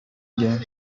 again